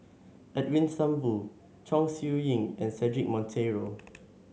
Edwin Thumboo Chong Siew Ying and Cedric Monteiro